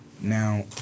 Now